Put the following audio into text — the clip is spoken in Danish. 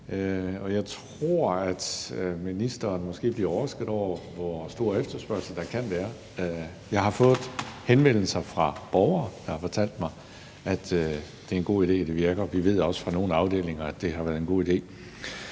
Jeg tror, at ministeren måske bliver overrasket over, hvor stor efterspørgsel der kan være. Jeg har fået henvendelser fra borgere, der har fortalt mig, at det er en god idé, og at det virker. Vi ved også fra nogle afdelinger, at det har været en god idé.